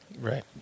Right